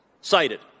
cited